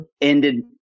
ended